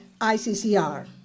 ICCR